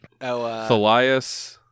Thelias